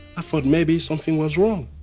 i thought maybe something was wrong.